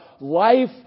life